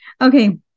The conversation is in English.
Okay